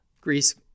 Greece